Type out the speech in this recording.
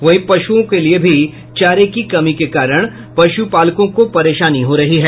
वहीं पश्ञओं के लिए भी चारे की कमी के कारण पश्रपालकों को परेशानी हो रही है